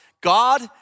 God